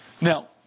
Now